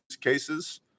cases